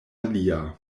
alia